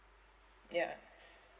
ya